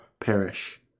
perish